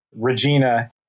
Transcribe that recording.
Regina